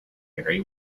very